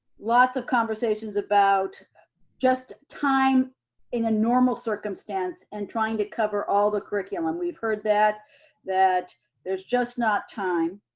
lots of conversations about just time in a normal circumstance and trying to cover all the curriculum. we've heard that that there's just not time.